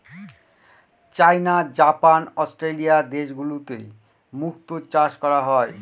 চাইনা, Japan, Australia দেশগুলোতে মুক্তো চাষ করা হয়